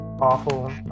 awful